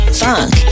funk